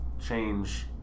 change